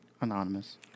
Anonymous